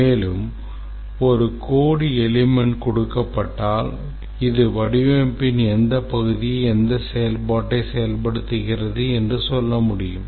மேலும் ஒரு code element கொடுக்கப்பட்டால் இது வடிவமைப்பின் எந்த பகுதியை எந்த செயல்பாட்டை செயல்படுத்துகிறது என்று சொல்ல முடியும்